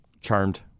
Charmed